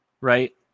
Right